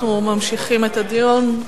אנחנו ממשיכים את הדיון.